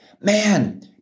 man